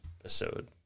episode